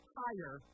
higher